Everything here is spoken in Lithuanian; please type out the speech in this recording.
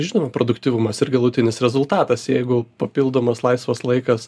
žinoma produktyvumas ir galutinis rezultatas jeigu papildomas laisvas laikas